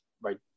right